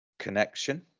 connection